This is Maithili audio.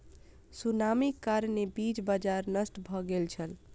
सुनामीक कारणेँ बीज बाजार नष्ट भ गेल छल